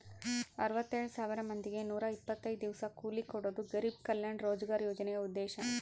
ಅರವತ್ತೆಳ್ ಸಾವಿರ ಮಂದಿಗೆ ನೂರ ಇಪ್ಪತ್ತೈದು ದಿವಸ ಕೂಲಿ ಕೊಡೋದು ಗರಿಬ್ ಕಲ್ಯಾಣ ರೋಜ್ಗರ್ ಯೋಜನೆ ಉದ್ದೇಶ